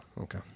okay